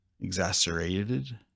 exacerbated